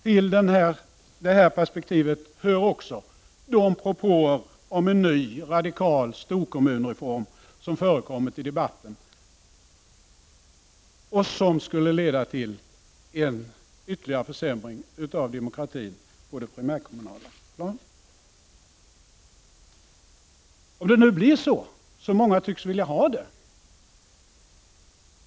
Till detta perspektiv hör också de propåer om en ny, radikal storkommunreform som har förekommit i debatten och som skulle leda till en ytterligare försämring av demokratin på det primärkommunala planet.